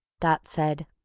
dot said.